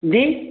जी